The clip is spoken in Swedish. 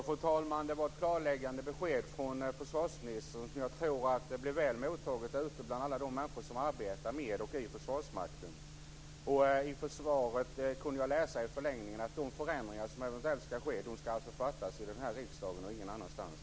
Fru talman! Det var ett klarläggande besked från försvarsministern, som jag tror blir väl mottaget ute bland de människor som arbetar med och i Försvarsmakten. Ur svaret kunde jag i förlängningen utläsa att de förändringar som eventuellt skall ske skall beslutas i den här riksdagen och ingen annanstans.